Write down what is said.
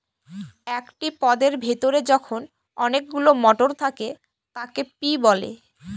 একটি পদের ভেতরে যখন অনেকগুলো মটর থাকে তাকে পি বলে